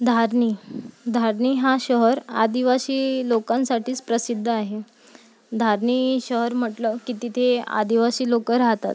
धारनी धारनी हा शहर आदिवासी लोकांसाठीच प्रसिद्ध आहे धारनी शहर म्हटलं की तिथे आदिवासी लोक राहतात